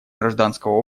гражданского